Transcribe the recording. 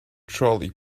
trolley